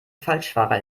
falschfahrer